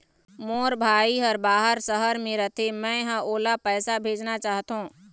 मोर भाई हर बाहर शहर में रथे, मै ह ओला पैसा भेजना चाहथों